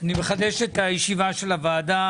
אני מחדש את הישיבה של הוועדה.